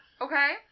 Okay